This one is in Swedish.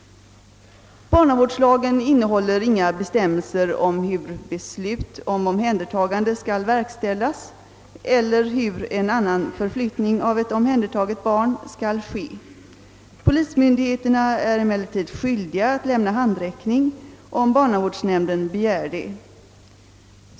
Barnavårdslagen innehåller inga bestämmelser om hur beslut om omhändertagande skall verkställas eller hur en annan förflyttning av ett omhändertaget barn skall ske. Polismyndigheterna är emellertid skyldiga att lämna handräckning, om barnavårdsnämnden begär det.